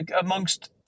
amongst